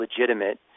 legitimate